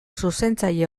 zuzentzaile